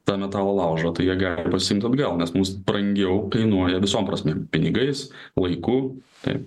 tą metalo laužą tai jie gali pasiimti atgal nes mums brangiau kainuoja visom prasmėm pinigais laiku taip